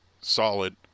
solid